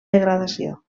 degradació